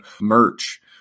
merch